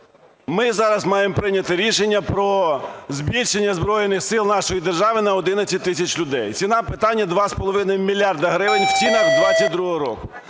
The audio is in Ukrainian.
Ми зараз маємо прийняти рішення про збільшення Збройних Сил нашої держави на 11 тисяч людей. Ціна питання – 2,5 мільярда гривень в цінах 22-го року.